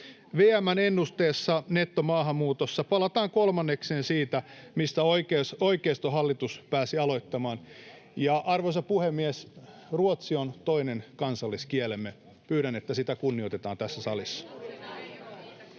VM:n ennusteessa nettomaahanmuutossa palataan kolmannekseen siitä, mistä oikeistohallitus pääsi aloittamaan. — Ja, arvoisa puhemies, ruotsi on toinen kansalliskielemme. Pyydän, että sitä kunnioitetaan tässä salissa.